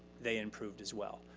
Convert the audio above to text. they improved as well.